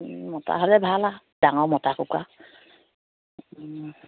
মতা হ'লে ভাল আ ডাঙৰ মতা কুকুৰা